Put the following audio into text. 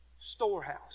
Storehouse